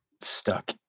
stuck